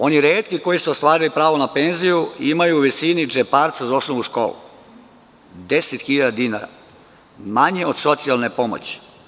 Oni retki koji su ostvarili pravo na penziju imaju je u visini džeparca za osnovnu školu, 10.000 dinara, manje od socijalne pomoći.